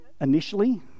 initially